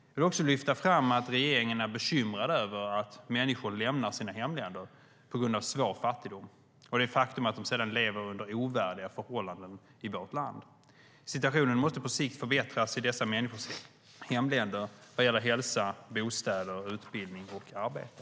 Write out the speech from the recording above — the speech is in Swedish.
Jag vill också lyfta fram att regeringen är bekymrad över att människor lämnar sina hemländer på grund av svår fattigdom och det faktum att de sedan lever under ovärdiga förhållanden i vårt land. Situationen måste på sikt förbättras i dessa människors hemländer vad gäller hälsa, bostäder, utbildning och arbete.